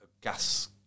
gas